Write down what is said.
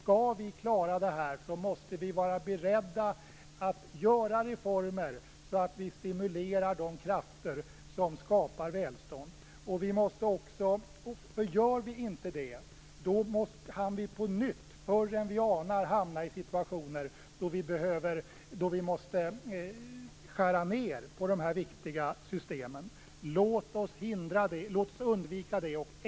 Skall vi klara det här, måste vi vara beredda att genomföra reformer så att vi stimulerar de krafter som skapar välstånd. Gör vi inte det, kan vi på nytt förr än vi anar hamnar i situationer då vi måste skära ned på de här viktiga systemen. Låt oss undvika det.